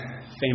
famous